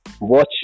watch